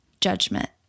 judgment